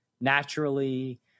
naturally